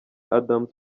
adams